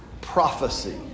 prophecy